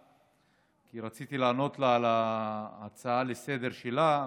כי רציתי לענות לה על ההצעה לסדר-היום שלה,